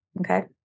Okay